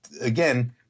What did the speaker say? again